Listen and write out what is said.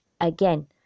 again